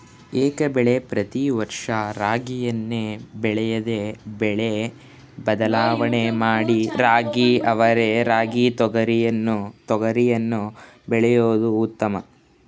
ಏಕಬೆಳೆಲಿ ಪ್ರತಿ ವರ್ಷ ರಾಗಿಯನ್ನೇ ಬೆಳೆಯದೆ ಬೆಳೆ ಬದಲಾವಣೆ ಮಾಡಿ ರಾಗಿ ಅವರೆ ರಾಗಿ ತೊಗರಿಯನ್ನು ಬೆಳೆಯೋದು ಉತ್ತಮ